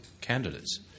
candidates